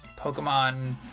Pokemon